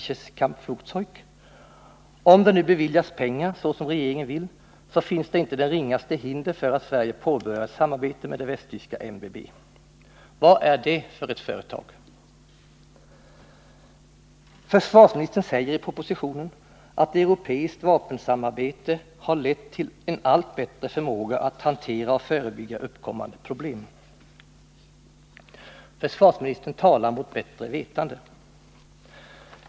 Det är Om det nu beviljas pengar, så som regeringen vill, finns det inte det ringaste hinder för att Sverige påbörjar ett samarbete med västtyska MBB. Vad är det för ett företag? Försvarsministern säger i propositionen att europeiskt vapensamarbete har lett till en allt bättre förmåga att hantera och förebygga uppkommande problem. Försvarsministern talar mot bättre vetande.